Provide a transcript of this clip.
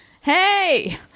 Hey